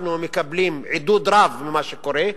אנחנו מקבלים עידוד רב ממה שקורה,